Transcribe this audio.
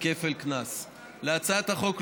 אזרחים,